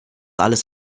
alles